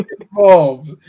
involved